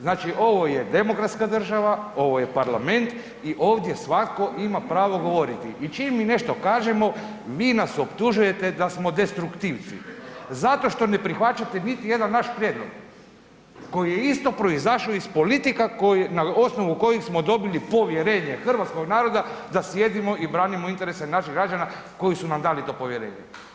Znači, ovo je demokratska država, ovo je parlament i ovdje svako ima pravo govoriti i čim mi nešto kažemo vi nas optužujete da smo destruktivci zato što ne prihvaćate u biti niti jedan naš prijedlog koji je isto proizašao iz politika na osnovu kojih smo dobili povjerenje hrvatskog naroda da slijedimo i branimo interese naših građana koji su nam dali to povjerenje.